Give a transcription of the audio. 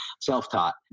self-taught